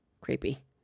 creepy